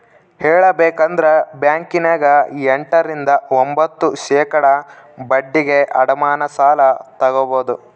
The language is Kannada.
ಹೇಳಬೇಕಂದ್ರ ಬ್ಯಾಂಕಿನ್ಯಗ ಎಂಟ ರಿಂದ ಒಂಭತ್ತು ಶೇಖಡಾ ಬಡ್ಡಿಗೆ ಅಡಮಾನ ಸಾಲ ತಗಬೊದು